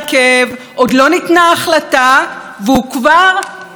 והוא כבר עומד בעצמו למשפט ולאיומים.